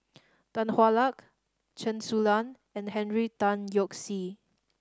Tan Hwa Luck Chen Su Lan and Henry Tan Yoke See